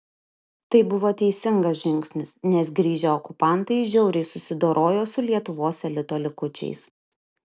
tai buvo teisingas žingsnis nes grįžę okupantai žiauriai susidorojo su lietuvos elito likučiais